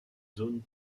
zones